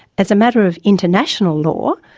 as a matter of international law,